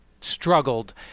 struggled